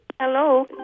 Hello